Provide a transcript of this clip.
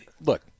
look